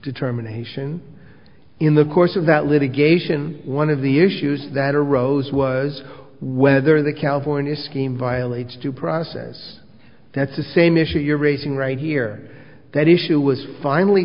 determination in the course of that litigation one of the issues that arose was whether the california scheme violates two process that's the same issue you're raising right here that issue was finally